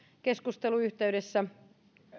keskusteluyhteydessä